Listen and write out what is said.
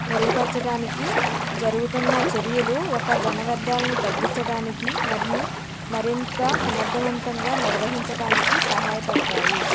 మెరుగుపరచటానికి జరుగుతున్న చర్యలు ఒక ఘనవ్యర్ధాలను తగ్గిచ్చటానికి మరియు మరింత సమర్ధవంతంగా నిర్వహించటానికి సహాయపడతాయి